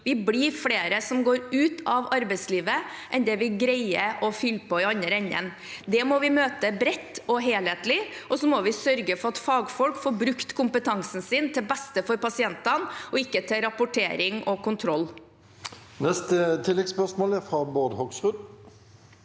Vi blir flere som går ut av arbeidslivet enn det vi greier å fylle på med i den andre enden. Det må vi møte bredt og helhetlig, og så må vi sørge for at fagfolk får brukt kompetansen sin til beste for pasientene, ikke til rapportering og kontroll. Bård Hoksrud